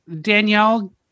Danielle